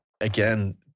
again